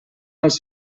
els